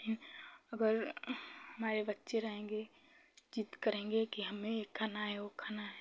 अगर हमारे बच्चे रहेंगे ज़िद करेंगे कि हमें यह खाना है वह खाना है